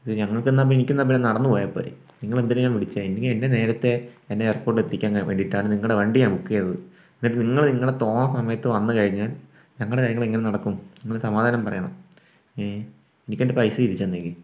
ഇത് ഞങ്ങൾക്ക് എന്നാൽ ഇപ്പോൾ എനിക്ക് എന്നാൽപ്പിന്നെ നടന്നു പോയാൽ പോരെ നിങ്ങളെ എന്തിനാ ഞാൻ വിളിച്ചത് എനിക്ക് എൻ്റെ നേരത്തെ എന്നെ എയർപോർട്ടിൽ എത്തിക്കാൻ വേണ്ടിയിട്ടാണ് നിങ്ങളുടെ വണ്ടി ഞാൻ ബുക്ക് ചെയ്തത് എന്നിട്ട് നിങ്ങൾ നിങ്ങളെ തോന്നുന്ന സമയത്ത് വന്നു കഴിഞ്ഞാൽ ഞങ്ങളുടെ കാര്യങ്ങൾ എങ്ങനെ നടക്കും നിങ്ങൾ സമാധാനം പറയണം എനിക്ക് എൻ്റെ പൈസ തിരിച്ചു തന്നേക്ക്